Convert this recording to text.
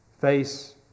face